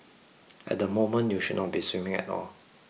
at the moment you should not be swimming at all